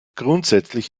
grundsätzlich